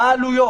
מה העלויות.